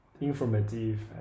informative